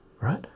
right